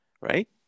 right